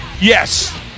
Yes